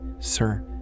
Sir